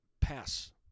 pass